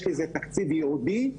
יש לזה תקציב ייעודי,